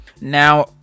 Now